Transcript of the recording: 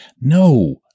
No